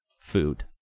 food